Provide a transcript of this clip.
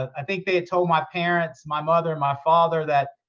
i think they had told my parents, my mother and my father that,